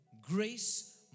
grace